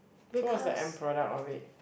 so what's the end product of it